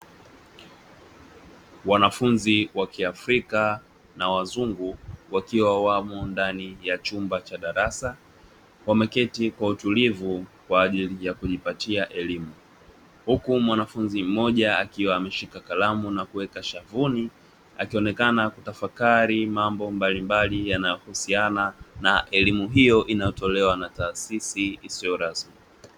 Wanafunzi wa kiafrika na wazungu, wakiwa wamo ndani ya chumba cha darasa, wameketi kwa utulivu kwa ajili ya kujipatia elimu, huku mwanafunzi mmoja akiwa ameshika kalamu na kuweka shavuni, akionekana kutafakari mambo mbalimbali yanayohusiana na elimu hiyo inayotolewa na taasisi isiyo rasmi.